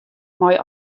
mei